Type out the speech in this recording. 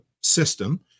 system